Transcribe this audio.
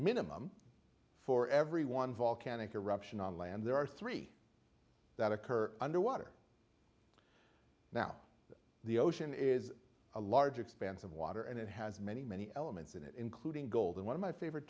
minimum for every one volcanic eruption on land there are three that occur under water now the ocean is a large expanse of water and it has many many elements in it including gold and one of my favorite